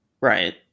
Right